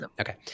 Okay